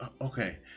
Okay